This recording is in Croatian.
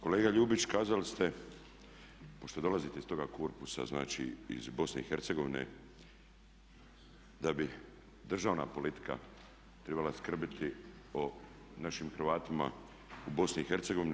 Kolega Ljubić kazali ste, pošto dolazite iz toga korpusa, znači iz BiH, da bi državna politika trebala skrbiti o našim Hrvatima u BiH.